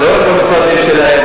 לא רק במשרדים שלהם.